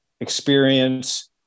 experience